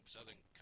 Southern